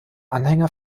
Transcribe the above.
anhänger